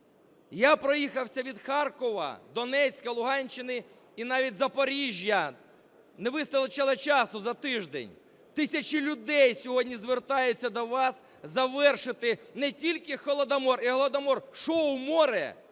Я проїхався від Харкова, Донецька, Луганщини і навіть Запоріжжя, не вистачило часу за тиждень – тисячі людей сьогодні звертаються до вас завершити не тільки холодомор і голодомор. Шоу море